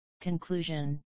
Conclusion